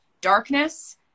darkness